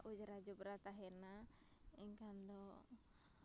ᱚᱸᱡᱽᱨᱟ ᱡᱚᱵᱽᱨᱟ ᱛᱟᱦᱮᱱᱟ ᱮᱱᱠᱷᱟᱱ ᱫᱚ